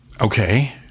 Okay